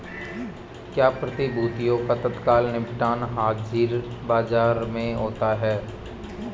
क्या प्रतिभूतियों का तत्काल निपटान हाज़िर बाजार में होता है?